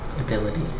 ability